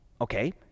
Okay